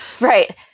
Right